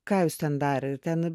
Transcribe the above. ką jūs ten darėt ten